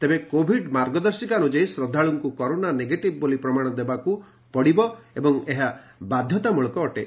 ତେବେ କୋଭିଡ୍ ମାର୍ଗଦର୍ଶିକା ଅନୁଯାୟୀ ଶ୍ରଦ୍ଧାଳୁଙ୍କୁ କରୋନା ନେଗେଟିଭ୍ ବୋଲି ପ୍ରମାଶ ଦେବାକୁ ପଡ଼ିବ ଏବଂ ଏହା ବାଧତାମୁଳକ ଅଟେ